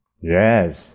Yes